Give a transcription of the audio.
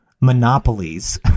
monopolies